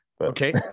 Okay